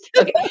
okay